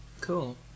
cool